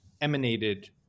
emanated